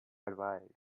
advise